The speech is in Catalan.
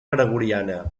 gregoriana